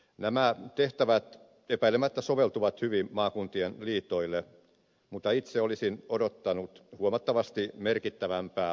nämä tehtävät epäilemättä soveltuvat hyvin maakuntien liitoille mutta itse olisin odottanut huomattavasti merkittävämpää tehtävien siirtoa